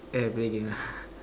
then I play game